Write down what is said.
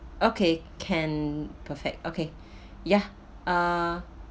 okay can perfect okay ya uh